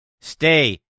Stay